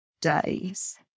days